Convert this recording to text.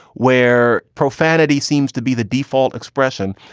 where profanity seems to be the default expression,